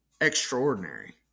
extraordinary